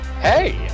Hey